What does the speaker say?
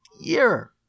year